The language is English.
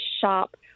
shop